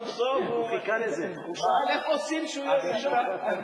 הוא שאל איך עושים שהוא יהיה ראשון.